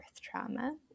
trauma